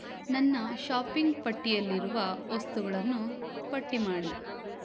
ನನ್ನ ಶಾಪಿಂಗ್ ಪಟ್ಟಿಯಲ್ಲಿರುವ ವಸ್ತುಗಳನ್ನು ಪಟ್ಟಿ ಮಾಡಿ